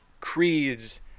creeds